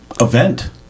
event